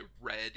red